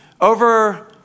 Over